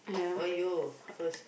!aiyo! first